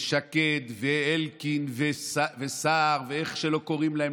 ושקד ואלקין וסער ואיך שלא קוראים להם,